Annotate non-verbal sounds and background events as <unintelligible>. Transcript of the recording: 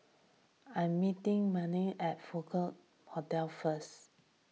I am meeting Imelda at <unintelligible> Hotel first